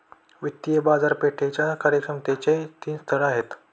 वित्तीय बाजारपेठेच्या कार्यक्षमतेचे तीन स्तर आहेत